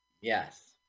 Yes